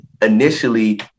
initially